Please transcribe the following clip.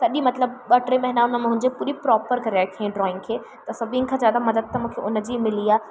सॼी मतिलबु ॿ टे महीना उन मुंहिंजे पूरी प्रोपर कराए रखयाईं ड्राइंग खे त सभिनि खां ज्यादा मज़ा त मूंखे उन जी मिली आहे